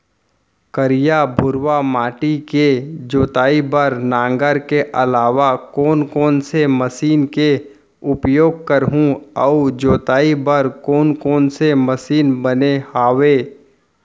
करिया, भुरवा माटी के जोताई बर नांगर के अलावा कोन कोन से मशीन के उपयोग करहुं अऊ जोताई बर कोन कोन से मशीन बने हावे?